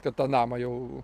kad tą namą jau